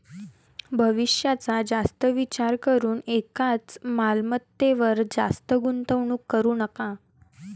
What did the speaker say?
भविष्याचा जास्त विचार करून एकाच मालमत्तेवर जास्त गुंतवणूक करू नका